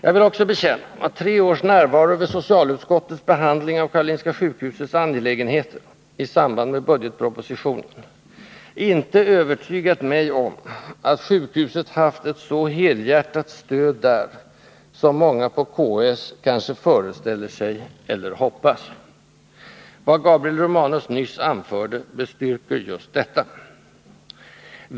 Jag vill också bekänna att tre års närvaro vid socialutskottets behandling av Karolinska sjukhusets angelägenheter i samband med budgetpropositionen inte övertygat mig om att sjukhuset haft ett så helhjärtat stöd där som många på KS kanske föreställer sig eller hoppas. Vad Gabriel Romanus nyss anförde bestyrker detta.